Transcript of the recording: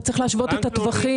אתה צריך להשוות את הטווחים.